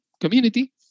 community